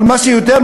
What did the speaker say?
אבל יותר,